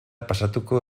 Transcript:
pasatuko